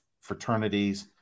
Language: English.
fraternities